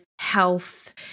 health